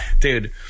Dude